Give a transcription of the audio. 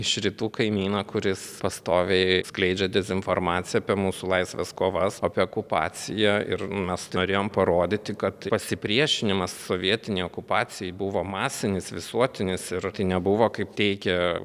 iš rytų kaimyną kuris pastoviai skleidžia dezinformaciją apie mūsų laisvės kovas apie okupaciją ir mes norėjom parodyti kad pasipriešinimas sovietinei okupacijai buvo masinis visuotinis ir tai nebuvo kaip teigia